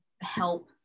help